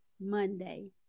Monday